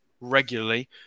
regularly